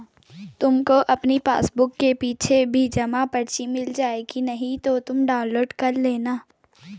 तुमको अपनी चेकबुक के पीछे भी जमा पर्ची मिल जाएगी नहीं तो तुम डाउनलोड कर लेना